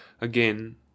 Again